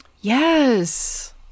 Yes